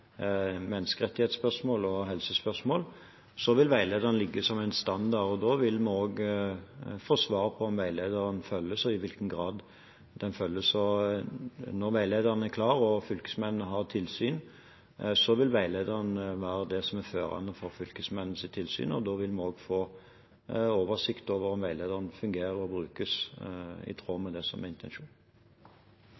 menneskerettighetsspørsmål og helsespørsmål, vil veilederen ligge som en standard. Da vil vi også få svar på om veilederen følges, og i hvilken grad den følges. Når veilederen er klar og fylkesmennene har tilsyn, vil veilederen være det som er førende for fylkesmennenes tilsyn, og da vil vi få oversikt over om veilederen fungerer og brukes i tråd